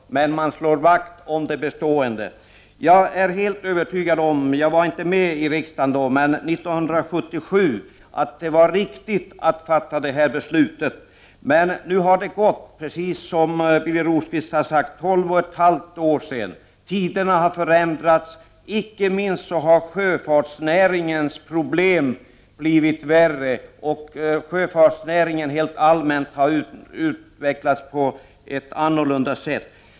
Man slår vakt om det bestående. Jag var inte med i riksdagen 1977, men jag är helt övertygad om att det var riktigt att fatta det här beslutet. Men nu har det, precis som Birger Rosqvist har sagt, gått tolv och ett halvt år. Tiderna har förändrats. Icke minst har sjöfartsnäringens problem blivit värre. Sjöfartsnäringen har helt allmänt utvecklats på ett nytt sätt.